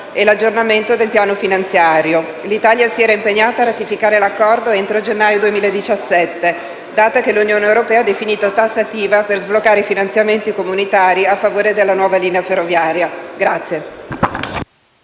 e l'aggiornamento del piano finanziario. L'Italia si era impegnata a ratificare l'Accordo entro il gennaio 2017, data che l'Unione europea ha definito tassativa per sbloccare i finanziamenti comunitari a favore della nuova linea ferroviaria.